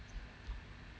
mm